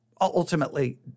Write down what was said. Ultimately